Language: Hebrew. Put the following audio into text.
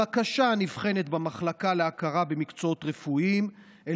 הבקשה נבחנת במחלקה להכרה במקצועות רפואיים אל